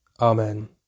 Amen